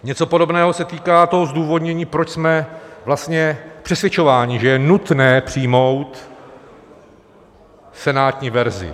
Něco podobného se týká zdůvodnění, proč jsme vlastně přesvědčováni, že je nutné přijmout senátní verzi.